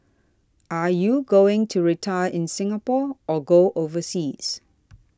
are you going to retire in Singapore or go overseas